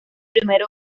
primer